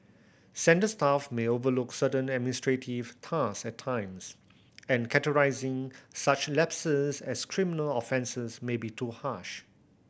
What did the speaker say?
centre staff may overlook certain administrative task at times and categorising such lapses as criminal offences may be too harsh